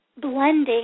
blending